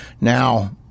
Now